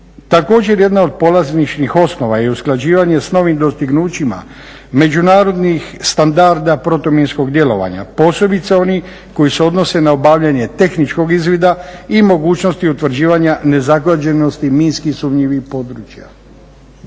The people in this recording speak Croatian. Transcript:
Također jedna od polazišnih osnova i usklađivanje s novim dostignućima međunarodnih standarda protuminskog djelovanja posebice onih koji se odnose na obavljanje tehničkog izvida i mogućnosti utvrđivanja nezagađenosti minski sumnjivih područja.